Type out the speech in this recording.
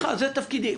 זה תפקידי.